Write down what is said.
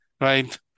right